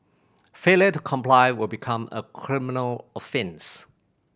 failure to comply will become a criminal offence